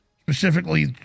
specifically